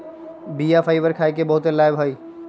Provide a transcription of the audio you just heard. बीया फाइबर खाय के बहुते लाभ हइ